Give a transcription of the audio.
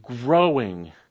growing